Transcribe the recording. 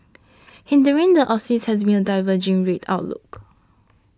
hindering the Aussie has been a diverging rate outlook